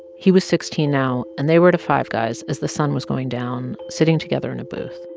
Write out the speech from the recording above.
he was sixteen now. and they were at a five guys as the sun was going down, sitting together in a booth